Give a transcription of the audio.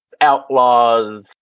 outlaws